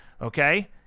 Okay